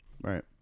right